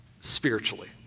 Spiritually